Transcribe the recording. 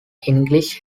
english